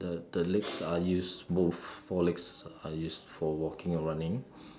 the the legs are used both four legs are used for walking or running